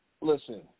listen